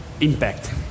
impact